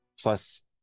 plus